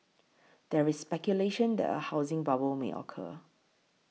there is speculation that a housing bubble may occur